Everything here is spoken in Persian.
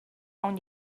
اون